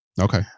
Okay